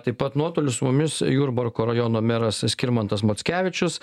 taip pat nuotoliu su mumis jurbarko rajono meras skirmantas mockevičius